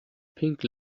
pink